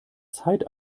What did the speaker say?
zeit